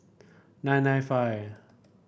nine nine five